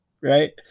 right